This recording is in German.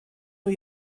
new